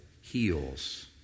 Heals